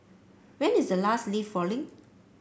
when is the last leaf falling